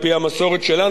שאכן תוחרג.